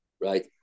Right